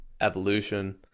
evolution